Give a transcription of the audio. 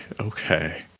Okay